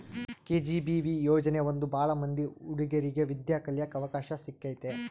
KGBV ಯೋಜನೆ ಬಂದು ಭಾಳ ಮಂದಿ ಹುಡಿಗೇರಿಗೆ ವಿದ್ಯಾ ಕಳಿಯಕ್ ಅವಕಾಶ ಸಿಕ್ಕೈತಿ